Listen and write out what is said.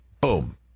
Boom